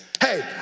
Hey